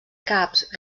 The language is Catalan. caps